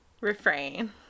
refrain